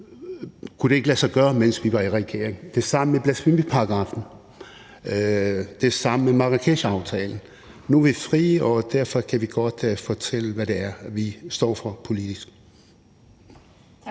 kunne det ikke lade sig gøre, mens vi var i regering. Det samme med blasfemiparagraffen og det samme med Marrakeshaftalen. Nu er vi frie, og derfor kan vi godt fortælle, hvad det er, vi står for politisk.